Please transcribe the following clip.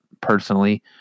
personally